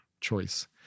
choice